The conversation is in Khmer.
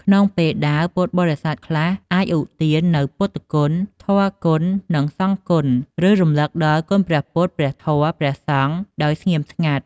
ក្នុងពេលដើរ ពុទ្ធបរិស័ទខ្លះអាចឧទាននូវពុទ្ធគុណ ធម៌គុណ និងសង្ឃគុណ ឬរំលឹកនឹកដល់គុណព្រះពុទ្ធ ព្រះធម៌ និងព្រះសង្ឃដោយស្ងៀមស្ងាត់។